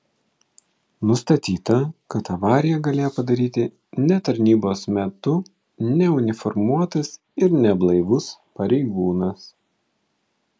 nustatyta kad avariją galėjo padaryti ne tarnybos metu neuniformuotas ir neblaivus pareigūnas